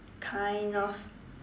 kind of